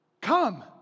come